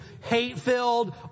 hate-filled